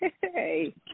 Hey